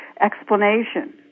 explanation